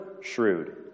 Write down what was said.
shrewd